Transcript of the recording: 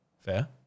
fair